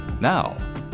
Now